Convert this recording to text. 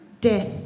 Death